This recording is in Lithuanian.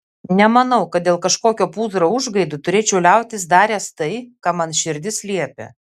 nemanau kad dėl kažkokio pūzro užgaidų turėčiau liautis daręs tai ką man širdis liepia